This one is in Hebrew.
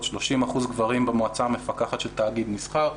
30% גברים במועצה המפקחת של תאגיד מסחר.